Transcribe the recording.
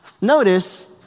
Notice